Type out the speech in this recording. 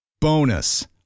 Bonus